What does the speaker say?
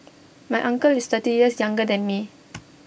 my uncle is thirty years younger than me